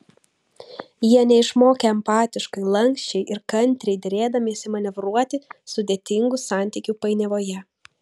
jie neišmokę empatiškai lanksčiai ir kantriai derėdamiesi manevruoti sudėtingų santykių painiavoje